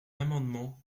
amendement